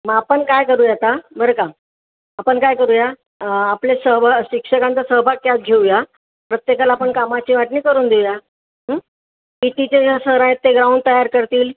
मग आपण काय करूया आता बरं का आपण काय करूया आपल्या सहभाग शिक्षकांचा सहभाग त्यात घेऊया प्रत्येकाला आपण कामाची वाटणी करून देऊया पी टीचे ज्या सर आहेत ते ग्राउंड तयार करतील